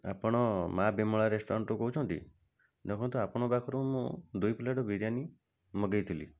ଆପଣ ମାଁ ବିମଳା ରେଷ୍ଟୁରାଣ୍ଟ ରୁ କହୁଛନ୍ତି ଦେଖନ୍ତୁ ଆପଣଙ୍କ ପାଖରୁ ମୁଁ ଦୁଇ ପ୍ଲେଟ୍ ବିରିୟାନୀ ମଗାଇଥିଲି